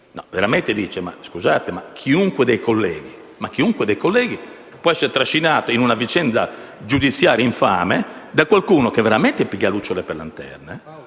pensare che chiunque dei colleghi può essere trascinato in una vicenda giudiziaria infame da qualcuno che veramente prende lucciole per lanterne.